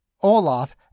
Olaf